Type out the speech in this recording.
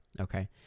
okay